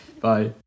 Bye